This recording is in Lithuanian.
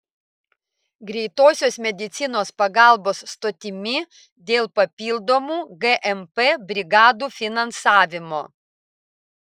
greitosios medicinos pagalbos stotimi dėl papildomų gmp brigadų finansavimo